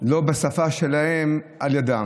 בשפה שלהם, על ידם.